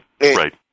Right